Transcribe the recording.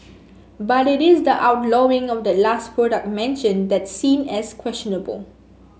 but it is the outlawing of that last product mentioned that's seen as questionable